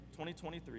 2023